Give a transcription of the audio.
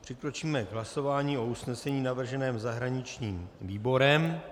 Přikročíme k hlasování o usnesení navrženém zahraničním výborem.